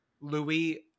Louis